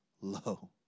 low